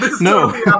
No